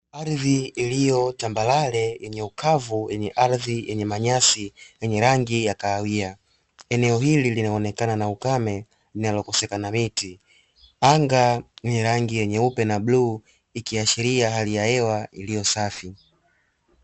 Ardhi iliyo tambarare yenye ukavu yenye ardhi yenye manyasi yenye rangi ya kahawia; eneo hili linaonekana na ukame linalokosekana miti, anga lenye rangi nyeupe na bluu ikiashiria hali ya hewa iliyosafi.